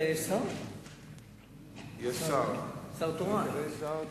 יש שר תורן?